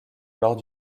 lors